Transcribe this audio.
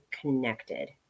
connected